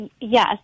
Yes